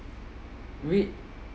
read